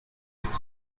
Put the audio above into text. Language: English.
its